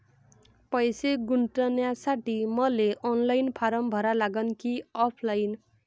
पैसे गुंतन्यासाठी मले ऑनलाईन फारम भरा लागन की ऑफलाईन?